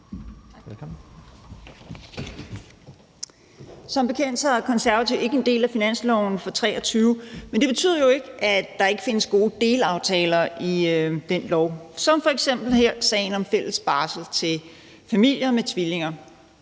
Som bekendt er Konservative ikke en del af finansloven for 2023, men det betyder jo ikke, at der ikke findes gode delaftaler i den lov, som f.eks. forslaget her om fælles barsel til familier med tvillinger.